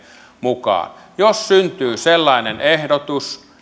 mukaan jos syntyy sellainen ehdotus